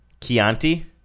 Chianti